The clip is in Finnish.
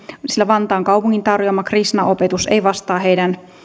sillä vantaan kaupungin tarjoama krishna opetus ei vastaa heidän